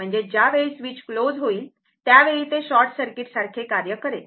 म्हणजेच ज्यावेळी switch close होईल त्यावेळी ते शॉर्ट सर्किटसारखे कार्य करेल